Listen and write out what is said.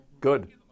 Good